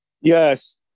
Yes